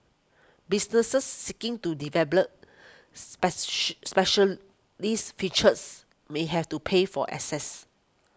businesses seeking to specialised features may have to pay for access